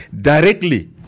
directly